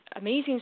amazing